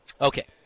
Okay